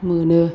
मोनो